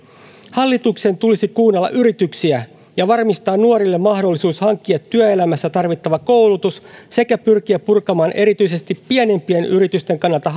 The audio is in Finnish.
hallituksen tulisi kuunnella yrityksiä ja varmistaa nuorille mahdollisuus hankkia työelämässä tarvittava koulutus sekä pyrkiä purkamaan erityisesti pienimpien yritysten kannalta